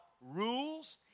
rules